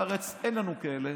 בארץ אין לנו כאלה.